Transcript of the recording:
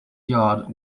yard